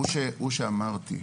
הוא שאמרתי.